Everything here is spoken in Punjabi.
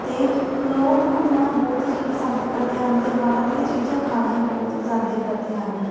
ਅਤੇ ਲੋਕ ਘੁੰਮਣਾ ਬਹੁਤ ਹੀ ਪਸੰਦ ਕਰਦੇ ਹਨ ਅਤੇ ਬਾਹਰ ਦੀਆਂ ਚੀਜ਼ਾਂ ਖਾਣਾ ਵੀ ਬਹੁਤ ਪਸੰਦ ਕਰਦੇ ਹਨ